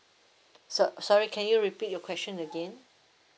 so~ sorry can you repeat your question again